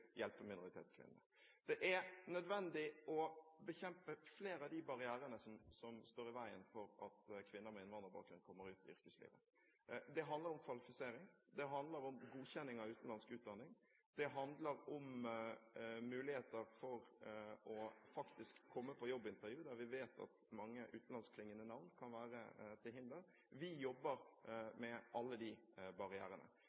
hjelpe minoritetskvinnene. Det er nødvendig å bekjempe flere av de barrierene som står i veien for at kvinner med innvandrerbakgrunn kommer ut i yrkeslivet. Det handler om kvalifisering, det handler om godkjenning av utenlandsk utdanning, og det handler om muligheter for faktisk å komme på jobbintervju, der vi vet at mange utenlandskklingende navn kan være til hinder. Vi jobber